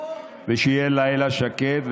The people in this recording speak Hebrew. ושיהיה לילה שקט,